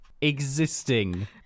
existing